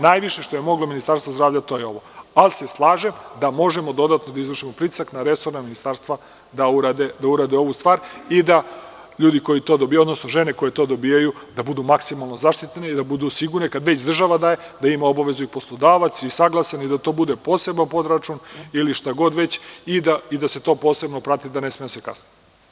Najviše što je moglo Ministarstvo zdravlja to je ovo, ali se slažem da možemo dodatno da izvršimo pritisak na resorna ministarstva da urade ovu stvar i da ljudi koji to dobijaju, odnosno žene koje to dobijaju da budu maksimalno zaštićene i da budu sigurne, kada već država daje da ima obavezu i poslodavac i saglasan je da to bude poseban podračun ili šta god već i da se to posebno prati da ne sme da se kasni.